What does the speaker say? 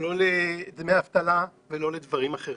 לא לדמי אבטלה ולא לדברים אחרים.